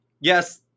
yes